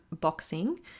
boxing